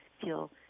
feel